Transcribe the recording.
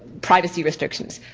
privacy restrictions?